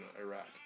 Iraq